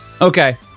Okay